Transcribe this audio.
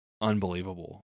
unbelievable